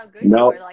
No